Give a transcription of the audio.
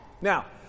Now